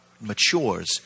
matures